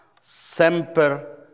semper